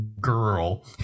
girl